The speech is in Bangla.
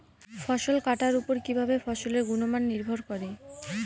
ফসল কাটার উপর কিভাবে ফসলের গুণমান নির্ভর করে?